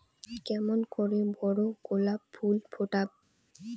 কেমন করে বড় গোলাপ ফুল ফোটাব?